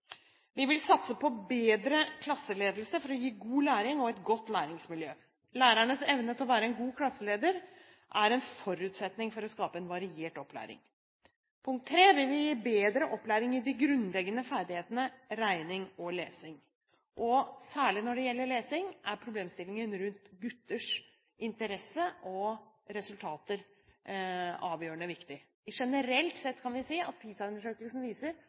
Vi vil satse på bedre klasseledelse for å gi god læring og et godt læringsmiljø. Lærerens evne til å være en god klasseleder er en forutsetning for å skape en variert opplæring. Vi vil gi bedre opplæring i de grunnleggende ferdighetene regning og lesing. Særlig når det gjelder lesing, er problemstillingen rundt gutters interesse og resultater avgjørende viktig. Generelt sett kan vi si at PISA-undersøkelsene viser